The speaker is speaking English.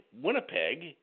Winnipeg